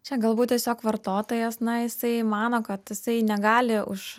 čia galbūt tiesiog vartotojas na jisai mano kad jisai negali už